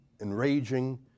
enraging